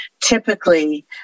typically